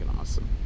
awesome